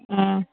ம்